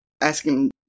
asking